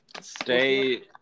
Stay